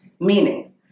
Meaning